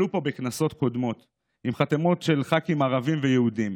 עלו פה בכנסות קודמות עם חתימות של ח"כים ערבים ויהודים,